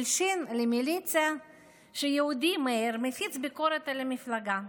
והלשין למיליציה שהיהודי מאיר מפיץ ביקורת על המפלגה.